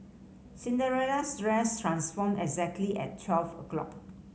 Cinderella's dress transformed exactly at twelve o' clock